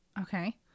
Okay